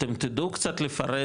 אתם תדעו קצת לפרט,